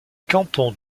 canton